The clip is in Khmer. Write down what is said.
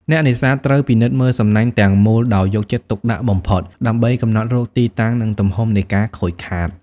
អ្នកនេសាទត្រូវពិនិត្យមើលសំណាញ់ទាំងមូលដោយយកចិត្តទុកដាក់បំផុត ដើម្បីកំណត់រកទីតាំងនិងទំហំនៃការខូចខាត។